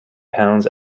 pounds